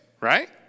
right